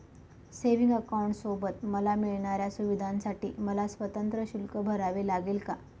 Savings अकाउंटसोबत मला मिळणाऱ्या सुविधांसाठी मला स्वतंत्र शुल्क भरावे लागेल का?